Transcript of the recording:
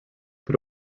but